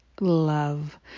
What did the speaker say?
Love